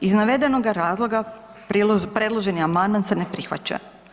Iz navedenoga razloga predloženi amandman se ne prihvaća.